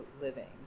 living